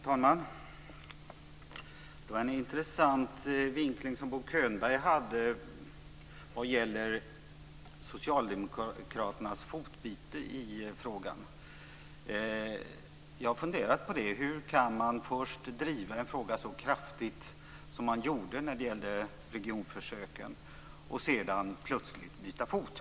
Fru talman! Det var en intressant vinkling som Bo Könberg hade vad gäller Socialdemokraternas fotbyte i frågan. Jag har funderat på detta. Hur kan man alltså först driva en fråga så kraftigt som man gjorde när det gällde regionförsöken och sedan plötsligt byta fot?